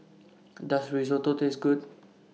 Does Risotto Taste Good